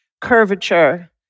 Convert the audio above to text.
curvature